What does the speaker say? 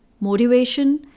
motivation